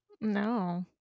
No